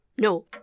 No